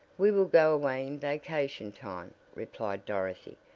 we will go away in vacation time, replied dorothy.